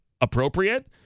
appropriate